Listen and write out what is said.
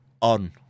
on